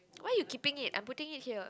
why you keeping it I'm putting it here